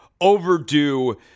overdue